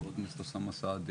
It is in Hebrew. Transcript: חה"כ אוסאמה סעדי,